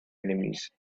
enemies